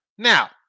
Now